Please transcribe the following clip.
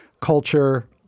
culture